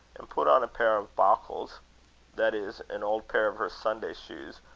and put on a pair of bauchles that is, an old pair of her sunday shoes,